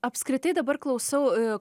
apskritai dabar klausau